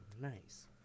nice